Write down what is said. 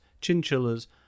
chinchillas